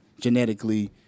genetically